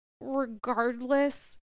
regardless